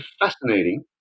fascinating